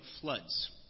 floods